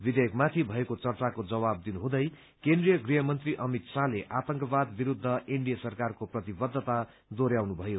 विधेयकमाथि भएको चर्चाको जवाब दिनुहुँदै केन्द्रीय गृहमन्त्री अमित शाहले आतंकवाद विरूद्ध एनडीए सरकारको प्रतिबद्धता दोहोरयाउनु भयो